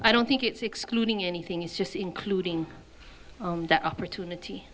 i don't think it's excluding anything it's just including the opportunity